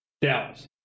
Dallas